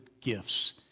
gifts